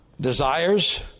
Desires